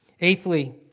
Eighthly